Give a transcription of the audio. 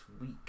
week